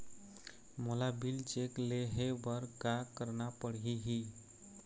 मोला bill check ले हे बर का करना पड़ही ही?